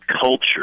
culture